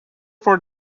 for